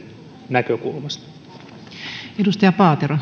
näkökulmasta